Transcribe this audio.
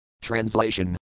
Translation